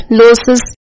losses